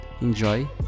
enjoy